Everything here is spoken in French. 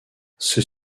ceux